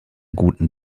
guten